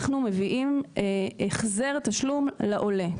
אנחנו מביאים החזר תשלום לעולה.